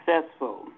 successful